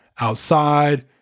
outside